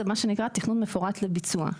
זה מה שנקרא תכונן מפורט לביצוע.